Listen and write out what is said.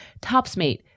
Topsmate